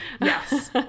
Yes